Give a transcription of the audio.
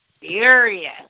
serious